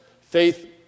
Faith